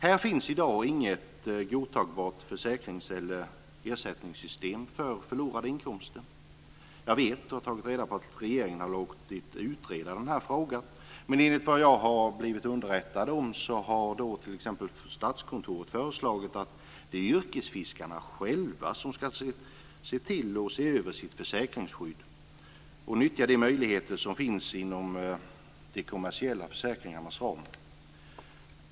Här finns i dag inget godtagbart försäkrings eller ersättningssystem för förlorade inkomster. Jag vet, jag har tagit reda på det, att regeringen låtit utreda den här frågan. Men enligt vad jag har blivit underrättad om har t.ex. Statskontoret föreslagit att det är yrkesfiskarna själva som ska se till och se över sitt försäkringsskydd och nyttja de möjligheter som finns inom de kommersiella försäkringarnas ram.